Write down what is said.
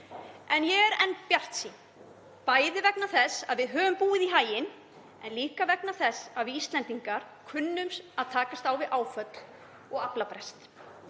En ég er enn þá bjartsýn, bæði vegna þess að við höfum búið í haginn en líka vegna þess að við Íslendingar kunnum að takast á við áföll og aflabrest.